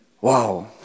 Wow